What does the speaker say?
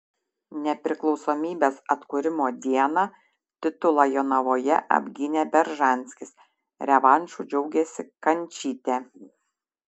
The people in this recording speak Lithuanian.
nepriklausomybės atkūrimo dieną titulą jonavoje apgynė beržanskis revanšu džiaugėsi kančytė